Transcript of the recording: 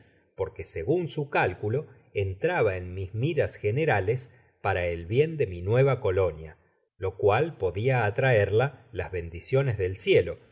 porque segun su cálculo entraba en mis miras generales para el bien de mi nueva colonia lo cual podia atraerla las bendiciones del cielo